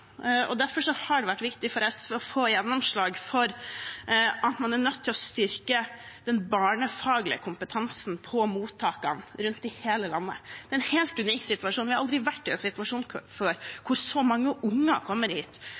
Derfor har det vært viktig for SV å få gjennomslag for at man er nødt til å styrke den barnefaglige kompetansen på mottakene rundt i hele landet. Det er en helt unik situasjon. Vi har aldri vært i en situasjon før hvor så mange unger kommer